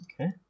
Okay